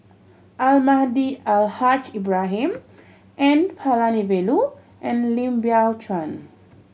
Almahdi Al Haj Ibrahim N Palanivelu and Lim Biow Chuan